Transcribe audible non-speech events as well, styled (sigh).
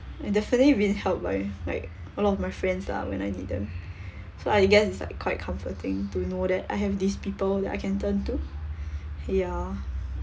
and definitely been helped by a lot of my friends lah when I need them so I guess is like quite comforting to know that I have these people that I can turn to (breath) ya